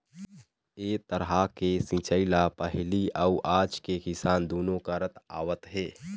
ए तरह के सिंचई ल पहिली अउ आज के किसान दुनो करत आवत हे